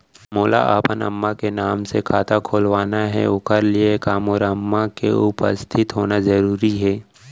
मोला अपन अम्मा के नाम से खाता खोलवाना हे ओखर लिए का मोर अम्मा के उपस्थित होना जरूरी हे?